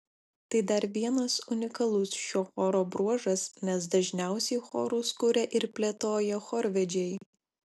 tai dar vienas unikalus šio choro bruožas nes dažniausiai chorus kuria ir plėtoja chorvedžiai